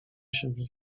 siebie